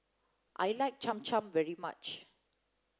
I like Cham Cham very much